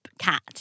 cat